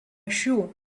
šių